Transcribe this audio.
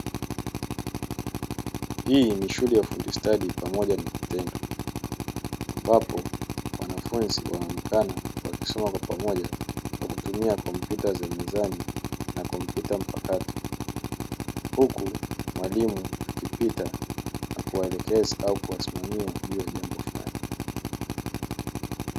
Hii ni shule ya ufundi stadi pamoja ni vitendo ambapo wanafunzi wanaonekana wakisoma kwa pamoja kwa kutumia kompyuta za mezani na kompyuta mpakato, huku mwalimu akipita na kuwaelekeza au kuwasimamia juu ya jambo fulani.